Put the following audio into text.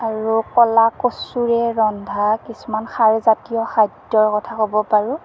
আৰু ক'লা কচুৰে ৰন্ধা কিছুমান খাৰজাতীয় খাদ্যৰ কথা ক'ব পাৰোঁ